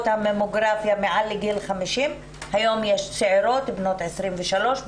הממוגרפיה מעל גיל 50. היום יש צעירות בנות 23,